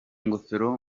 ngofero